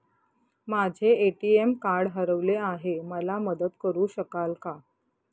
माझे ATM card हरवले आहे, मला मदत करु शकाल का?